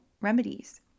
remedies